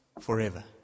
forever